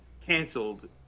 canceled